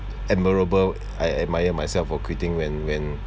admirable I admire myself for quitting when when